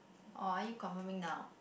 or are you confirming now